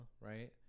Right